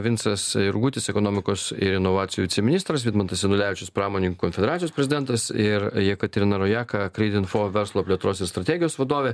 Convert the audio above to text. vincas jurgutis ekonomikos ir inovacijų viceministras vidmantas janulevičius pramoninkų konfederacijos prezidentas ir jekaterina rojaka kreidinfo verslo plėtros ir strategijos vadovė